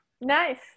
Nice